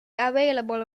available